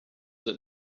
that